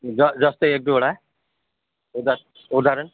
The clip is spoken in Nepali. जजस्तै एकदुईवटा उदा उदाहरण